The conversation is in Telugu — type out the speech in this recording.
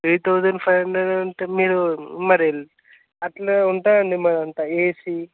త్రీ థౌజండ్ ఫైవ్ హండ్రెడ్ అంటే మీరు మరి అట్లా ఉంటాయి మాది అంతా వేసి